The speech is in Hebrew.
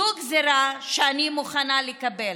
זו גזרה שאני מוכנה לקבל.